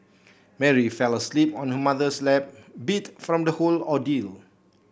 Mary fell asleep on her mother's lap beat from the whole ordeal